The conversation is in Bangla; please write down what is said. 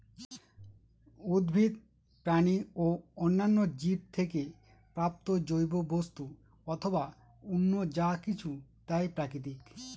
উদ্ভিদ, প্রাণী ও অন্যান্য জীব থেকে প্রাপ্ত জৈব বস্তু অথবা অন্য যা কিছু তাই প্রাকৃতিক